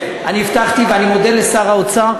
הבטחתי: ואני מודה לשר האוצר,